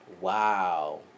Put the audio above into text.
Wow